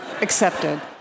Accepted